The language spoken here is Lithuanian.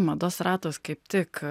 mados ratas kaip tik